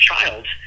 child